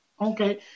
okay